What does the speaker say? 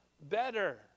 better